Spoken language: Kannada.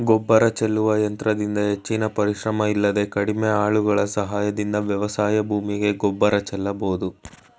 ಗೊಬ್ಬರ ಚೆಲ್ಲುವ ಯಂತ್ರದಿಂದ ಹೆಚ್ಚಿನ ಪರಿಶ್ರಮ ಇಲ್ಲದೆ ಕಡಿಮೆ ಆಳುಗಳ ಸಹಾಯದಿಂದ ವ್ಯವಸಾಯ ಭೂಮಿಗೆ ಗೊಬ್ಬರ ಚೆಲ್ಲಬೋದು